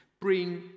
bring